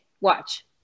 Watch